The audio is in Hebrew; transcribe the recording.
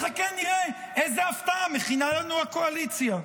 בואו נחכה ונראה איזו הפתעה מכינה לנו הקואליציה?